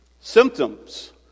Symptoms